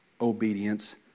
obedience